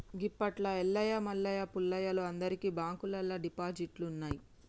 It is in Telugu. గిప్పట్ల ఎల్లయ్య మల్లయ్య పుల్లయ్యలు అందరికి బాంకుల్లల్ల డిపాజిట్లున్నయ్